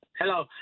Hello